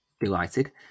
delighted